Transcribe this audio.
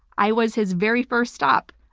i was his very first stop.